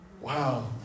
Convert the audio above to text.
Wow